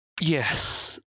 Yes